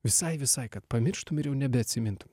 visai visai kad pamirštum ir jau nebeatsimintum